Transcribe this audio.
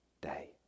day